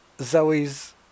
Zoe's